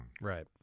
Right